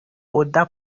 oda